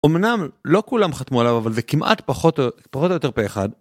אמנם לא כולם חתמו עליו, אבל זה כמעט פחות או... פחות או יותר פה אחד.